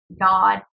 God